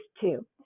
two